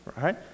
right